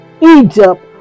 Egypt